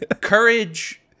Courage